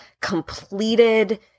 completed